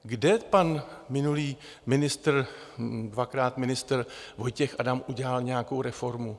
Kde pan minulý ministr, dvakrát ministr Vojtěch Adam, udělal nějakou reformu?